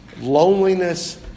loneliness